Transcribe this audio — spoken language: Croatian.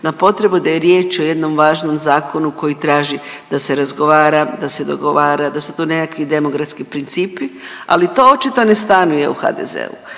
na potrebu da je riječ o jednom važnom zakonu koji traži da se razgovara, da se dogovara, da su to nekakvi demografski principi, ali to očito ne stanuje u HDZ-u.